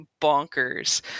bonkers